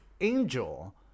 Angel